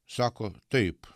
sako taip